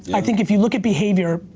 i think if you look at behavior,